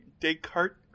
Descartes